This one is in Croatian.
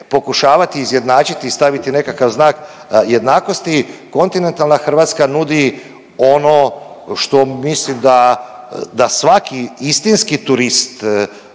pokušavati izjednačiti i staviti nekakav znak jednakosti. Kontinentalna Hrvatska nudi ono što mislim da, da svaki istinski turist